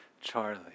Charlie